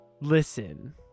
Listen